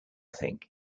think